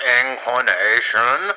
inclination